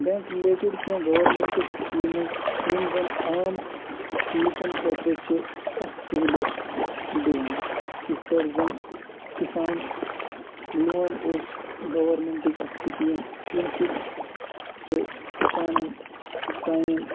bank related کینٛہہ government schemes یِم زَن عام لُکَن خٲطرٕ چھِ سخ سہوٗلیِت دِوان یِتھ پٲٹھۍ زَن کِسان لون اوس گورمٮ۪نٛٹٕچ اَکھ سِکیٖم ییٚمہِ سۭتۍ سُہ کِسانَن سانٮ۪ن